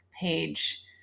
page